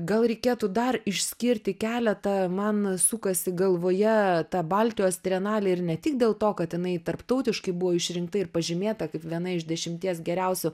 gal reikėtų dar išskirti keletą man sukasi galvoje ta baltijos trienalė ir ne tik dėl to kad jinai tarptautiškai buvo išrinkta ir pažymėta kaip viena iš dešimties geriausių